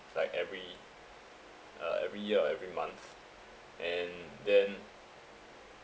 like every uh every year or every month and then